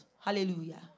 hallelujah